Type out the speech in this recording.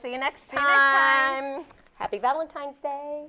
see you next time happy valentine's day